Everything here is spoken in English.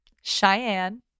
Cheyenne